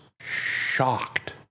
shocked